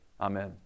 amen